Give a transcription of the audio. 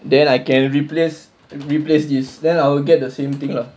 then I can replace replace this then I will get the same thing lah